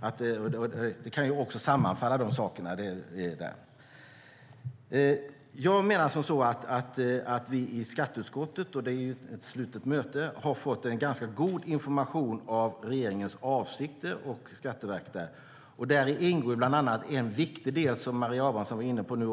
De sakerna kan också sammanfalla. Jag menar som så att vi i skatteutskottet på slutna möten har fått ganska god information om regeringens och Skatteverkets avsikter. Där ingår bland annat en viktig del som Maria Abrahamsson var inne på.